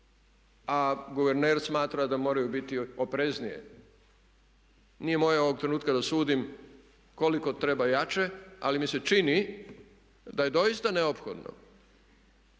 a guverner smatra da moraju biti opreznije. Nije moje ovog trenutka da sudim koliko treba jače ali mi se čini da je doista neophodno